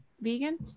vegan